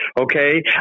Okay